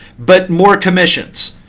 but more commissions.